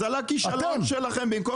אז על הכישלון שלכם.